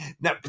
Now